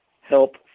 help